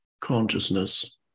consciousness